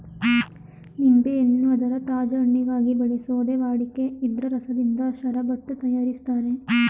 ನಿಂಬೆಯನ್ನು ಅದರ ತಾಜಾ ಹಣ್ಣಿಗಾಗಿ ಬೆಳೆಸೋದೇ ವಾಡಿಕೆ ಇದ್ರ ರಸದಿಂದ ಷರಬತ್ತು ತಯಾರಿಸ್ತಾರೆ